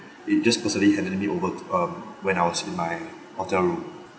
he just personally handed me over um when I was in my hotel room